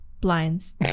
Blinds